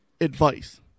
advice